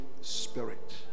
Spirit